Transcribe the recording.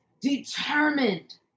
determined